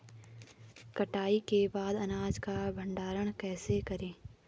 कटाई के बाद अनाज का भंडारण कैसे करें?